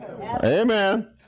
Amen